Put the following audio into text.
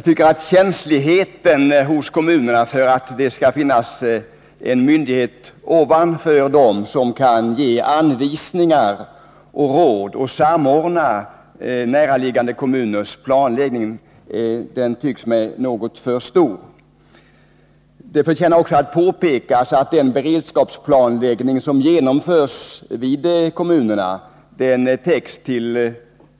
skap Känsligheten hos kommunerna för att det skall finnas en myndighet ovanför dem som kan ge anvisningar och råd och samordna näraliggande kommuners planläggning tycks mig vara något för stor. Det förtjänar också att påpekas att den beredskapsplanläggning som genomförs i kommunerna till